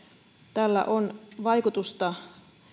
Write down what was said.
tällä on vaikutusta